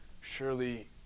surely